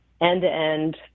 end-to-end